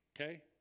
okay